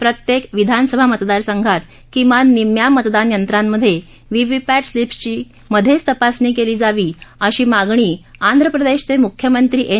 प्रत्येक विधानसभा मतदारसंघात किमान निम्म्या मतदान यंत्रांमध्ये व्हीव्हीपॅट स्लिप्सची मध्येच तपासणी केली जावी अशी मागणी आंध्र प्रदेशचे मुख्यमंत्री एन